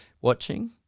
watching